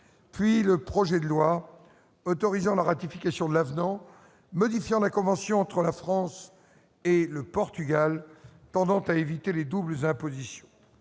:« -projet de loi autorisant la ratification de l'avenant modifiant la convention du 14 janvier 1971 entre la France et le Portugal tendant à éviter les doubles impositions